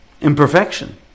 Imperfection